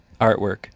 artwork